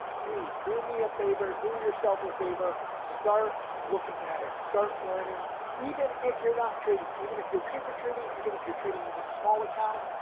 please do me a favor. do yourself a favor, start looking at it. start learning even if you're not trading. even if you're paper trading, even if you're trading with a small account,